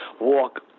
walk